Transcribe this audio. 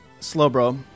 Slowbro